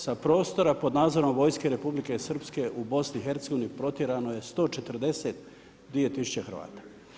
Sa prostora pod nadzorom vojske Republike Srpske u BiH, protjerano je 142 tisuće Hrvata.